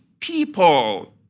people